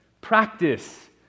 practice